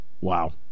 wow